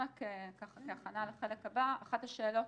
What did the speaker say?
נתון אחרון כהכנה לחלק הבא אחת השאלות